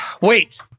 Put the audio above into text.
Wait